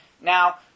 Now